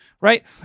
right